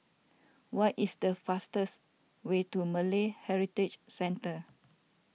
what is the fastest way to Malay Heritage Centre